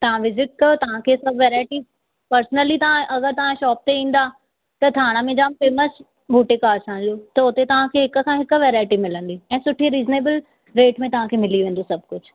तव्हां विज़िट कयो तव्हां सभु वैरायटी पर्सनली तव्हां अगरि तव्हां शॉप ते ईंदा त थाणा में जाम फेमस बुटीक आहे असांजो त हुते तव्हां खे हिक खां हिकु वैरायटी मिलंदी ऐं सुठी रिज़नेबल रेट में तव्हां खे मिली वेंदो सभु कुझु